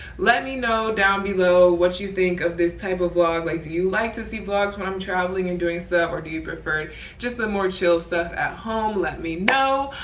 let me know down below what you think of this type of vlog. like do you like to see vlogs when i'm traveling and doing stuff? so or do you prefer just the more chill stuff at home? let me know.